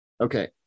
Okay